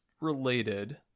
related